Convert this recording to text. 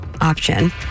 Option